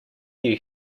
you